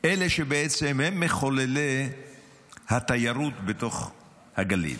אלה שהם מחוללי התיירות בתוך הגליל.